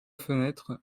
fenêtre